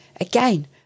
Again